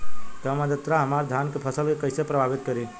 कम आद्रता हमार धान के फसल के कइसे प्रभावित करी?